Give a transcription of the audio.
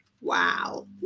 Wow